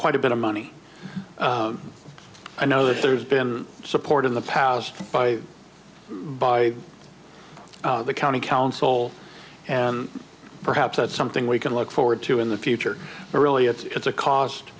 quite a bit of money i know that there's been support in the past by by the county council and perhaps that's something we can look forward to in the future but really it's a cost